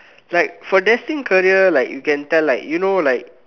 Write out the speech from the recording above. like for destined career like you can tell like you know like